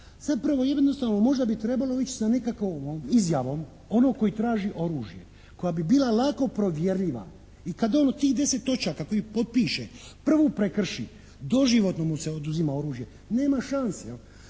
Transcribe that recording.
Zapravo jednostavno možda bi trebalo ići sa nekakovom izjavom onog koji traži oružje. Koja bi bila lako provjerljiva i kad on u tih 10 točaka koje potpiše prvu prekrši doživotno mu se oduzima oružje. Nema šanse.